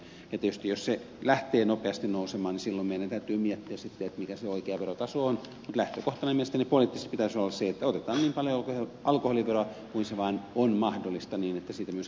tietysti jos se lähtee nopeasti nousemaan silloin meidän täytyy miettiä mikä se oikea verotaso on mutta lähtökohtana mielestäni poliittisesti pitäisi olla se että otetaan niin paljon alkoholiveroa kuin se vain on mahdollista niin että sitä myös